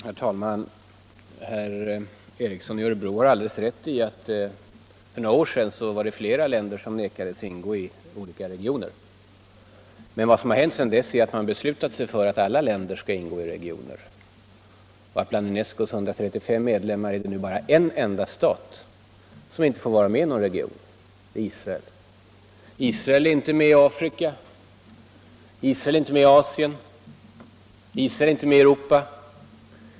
Herr talman! Sture Ericson har alldeles rätt i att det för några år sedan var flera länder som vägrades att ingå i olika regioner. Men vad som har hänt sedan dess är att man beslutat sig för att alla länder skall vara med i regioner. Bland UNESCO:s 135 medlemmar är det nu bara en enda stat som inte är medlem av någon region, nämligen Israel. Israel är inte med i Afrika, Asien eller Europa.